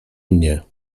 mnie